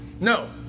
No